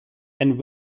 and